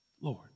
Lord